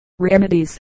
Remedies